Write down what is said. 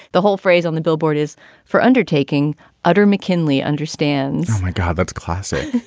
the whole phrase on the billboard is for undertaking utter. mckinley understands my god, that's classy.